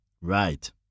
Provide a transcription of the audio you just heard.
Right